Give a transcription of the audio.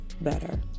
better